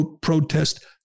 protest